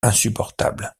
insupportable